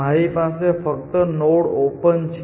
મારી પાસે ફક્ત નોડ ઓપન છે